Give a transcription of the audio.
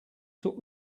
took